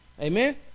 Amen